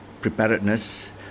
preparedness